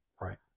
Right